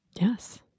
Yes